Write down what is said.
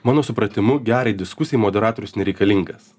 mano supratimu gerai diskusijai moderatorius nereikalingas